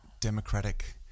democratic